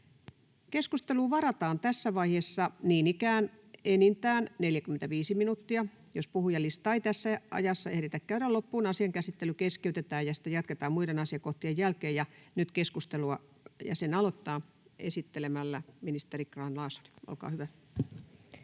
Keskusteluun varataan tässä vaiheessa niin ikään enintään 45 minuuttia. Jos puhujalistaa ei tässä ajassa ehditä käydä loppuun, asian käsittely keskeytetään ja sitä jatketaan muiden asiakohtien jälkeen. — Nyt keskustelua, ja sen aloittaa esittelemällä ministeri Grahn-Laasonen. Olkaa hyvä.